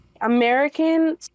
American